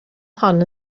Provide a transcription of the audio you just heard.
hon